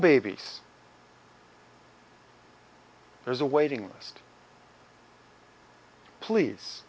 babies there's a waiting list please